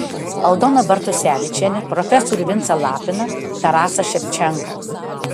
aldoną bartusevičienę profesorių vincą lapiną tarasą ševčenką